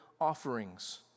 offerings